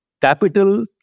capital